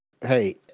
hey